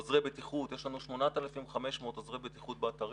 עוזרי בטיחות, יש לנו 8,500 עוזרי בטיחות באתרים,